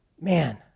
man